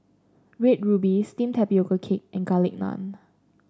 Red Ruby steamed Tapioca Cake and Garlic Naan